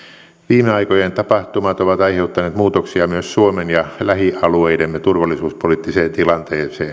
viime aikojen tapahtumat ovat aiheuttaneet muutoksia myös suomen ja lähialueidemme turvallisuuspoliittiseen tilanteeseen